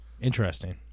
interesting